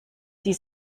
die